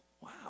Wow